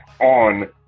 on